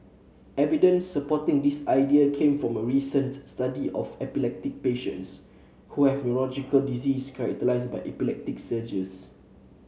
evidence supporting this idea came from a recent study of epileptic patients who have neurological disease characterised by epileptic seizures